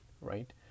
right